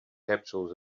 capsules